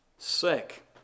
sick